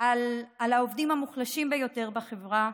על העובדים המוחלשים ביותר בחברה,